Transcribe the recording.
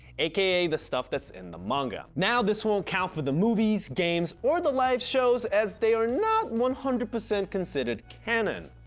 aka. the stuff that's in the manga. now this won't count for the movies, games or the live shows as they are not one hundred percent considered canon,